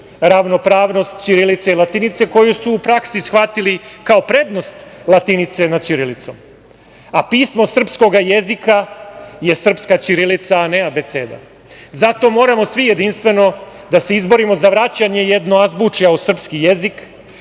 ravnopravnost ćirilice i latinice koju su u praksi shvatili kao prednost latinice nad ćirilicom. A pismo srpskoga jezika je srpska ćirilica a ne abeceda. Zato moramo svi jedinstveno da se izborimo za vraćanje jednoazbučja u srpski jezik,